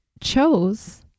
chose